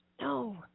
No